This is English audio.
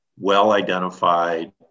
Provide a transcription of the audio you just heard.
well-identified